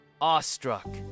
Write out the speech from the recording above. awestruck